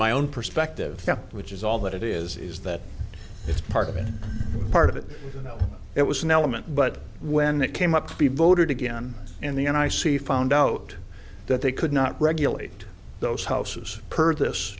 my own perspective which is all that it is is that it's part of it part of it you know it was an element but when that came up to be voted again in the end i see found out that they could not regulate those houses per this